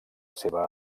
seva